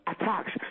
attacks